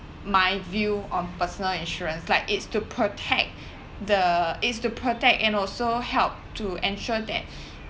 my view on personal insurance like it's to protect the is to protect and also help to ensure that